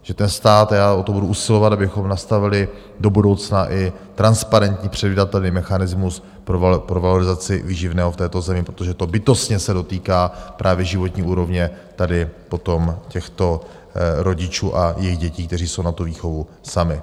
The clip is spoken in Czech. Že ten stát a já o to budu usilovat abychom nastavili do budoucna i transparentní, předvídatelný mechanismus pro valorizaci výživného v této zemi, protože se to bytostně dotýká právě životní úrovně tady potom těchto rodičů a jejich dětí, kteří jsou na výchovu sami.